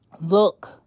look